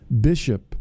bishop